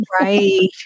Right